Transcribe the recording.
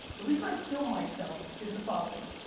the reason i film myself is the following.